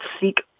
seek